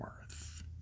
worth